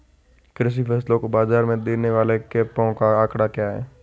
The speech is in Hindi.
कृषि फसलों को बाज़ार में देने वाले कैंपों का आंकड़ा क्या है?